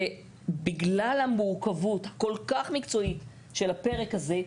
ובגלל המורכבות הכול כך מקצועית של הפרק הזה,